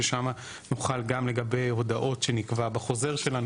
ששם נוכל גם לגבי הודעות שנקבע בחוזר שלנו